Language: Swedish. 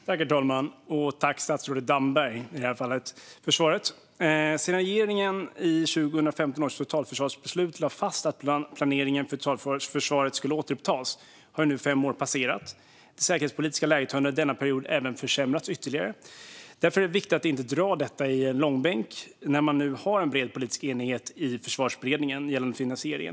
Herr talman! Tack, statsrådet Damberg! Sedan regeringen i 2015 års totalförsvarsbeslut lade fast att planeringen för totalförsvaret skulle återupptas har fem år passerat. Och det säkerhetspolitiska läget har under denna period försämrats ytterligare. Det är viktigt att inte dra detta i långbänk, när man nu har en bred politisk enighet i Försvarsberedningen gällande finansieringen.